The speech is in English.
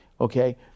Okay